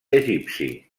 egipci